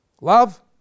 Love